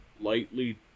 lightly